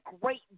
great